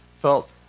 felt